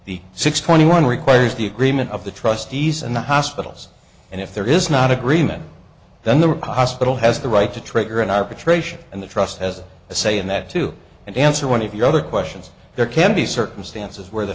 the six twenty one requires the agreement of the trustees and the hospitals and if there is not agreement then the hospital has the right to trigger an arbitration and the trust has a say in that too and answer one of the other questions there can be circumstances where the